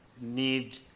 need